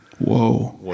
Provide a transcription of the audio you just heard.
Whoa